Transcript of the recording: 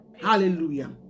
hallelujah